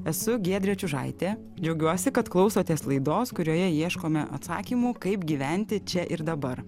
esu giedrė čiužaitė džiaugiuosi kad klausotės laidos kurioje ieškome atsakymų kaip gyventi čia ir dabar